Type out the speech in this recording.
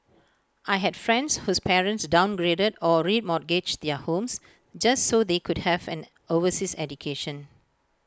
I had friends whose parents downgraded or remortgaged their homes just so they could have an overseas education